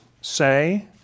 say